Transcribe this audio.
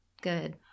Good